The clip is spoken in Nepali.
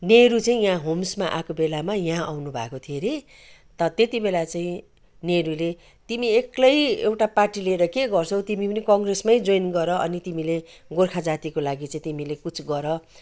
नेहरू चाहिँ यहाँ होम्समा आएको बेलामा यहाँ आउनुभएको थियो अरे त त्यति बेला चाहिँ नेहरूले तिमी एकलै एउटा पार्टी लिएर के गर्छौ तिमी पनि कङ्ग्रेसमै जोइन गर अनि तिमीले गोर्खा जातिको लागि चाहिँ तिमीले कुछ गर